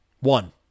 One